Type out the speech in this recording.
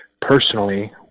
personally